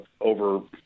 over